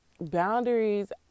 boundaries